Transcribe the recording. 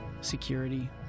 security